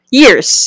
years